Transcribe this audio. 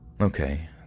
Okay